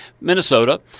Minnesota